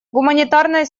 гуманитарная